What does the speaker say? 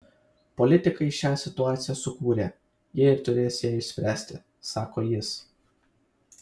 politikai šią situaciją sukūrė jie ir turės ją išspręsti sako jis